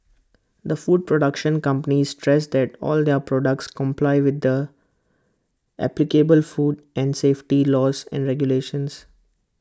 the food production company stressed that all their products comply with the applicable food and safety laws and regulations